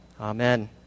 Amen